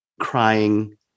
crying